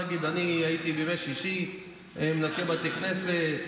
נגיד, אני הייתי בימי שישי מנקה בתי כנסת,